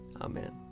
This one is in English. Amen